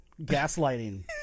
gaslighting